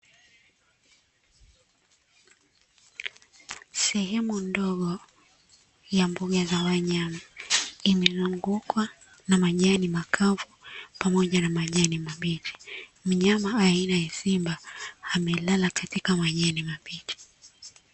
Sehemu ndogo ya mbuga za wanyama, imezungukwa na majani makavu pamoja na majani mabichi. Mnyama aina ya simba, amelala katika majani mabichi.